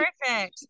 perfect